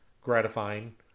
gratifying